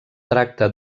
tracta